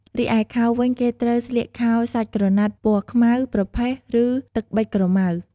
រីឯខោវិញ គេត្រូវស្លៀកខោសាច់ក្រណាត់ពណ៌ខ្មៅ ប្រផេះ ឬ ទឹកប៊ិចក្រមៅ។